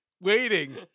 waiting